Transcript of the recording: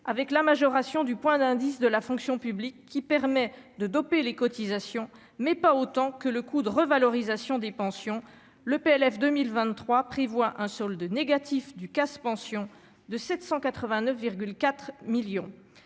avec la majoration du point d'indice de la fonction publique qui permet de doper les cotisations, mais pas autant que le coût de revalorisation des pensions, le PLF 2023 prévoit un solde négatif du CAS pension de 789 4 millions